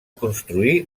construir